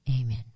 Amen